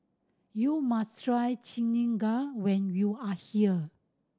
you must try when you are here